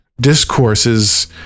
discourses